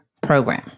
program